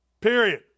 Period